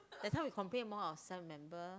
that's why we complain among ourself remember